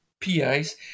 PIs